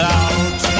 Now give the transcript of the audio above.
out